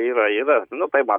yra yra nu tai matot